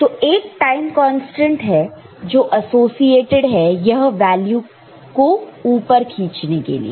तो एक time constant है जो एसोसिएटेड है यह वैल्यू को ऊपर खींचने के लिए